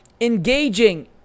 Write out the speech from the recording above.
engaging